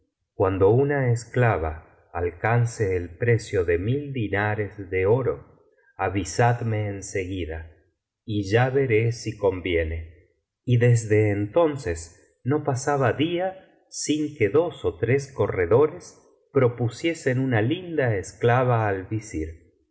cuando una esclava alcance el precio de mil dinares ele oro avisadme en seguida y ya veré si convieney desde entonces no pasaba día sin que dos ó tres corredores propusiesen una linda esclava al visir